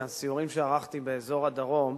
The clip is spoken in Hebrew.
מהסיורים שערכתי באזור הדרום,